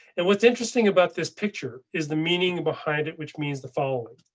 and what's interesting about this picture is the meaning behind it, which means the following.